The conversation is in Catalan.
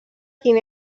quin